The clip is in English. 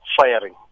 firing